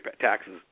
taxes